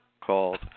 called